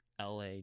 LA